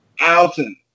Alton